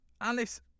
Alice